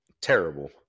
terrible